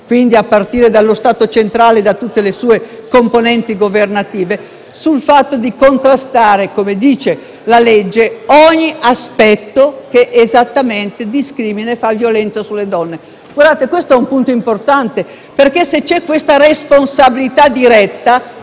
quindi, a partire dallo Stato centrale e da tutte le sue componenti governative - sul contrasto - come dice la legge - di ogni aspetto che esattamente discrimina e fa violenza sulle donne. Colleghi, questo è un punto importante perché, se c'è una responsabilità diretta,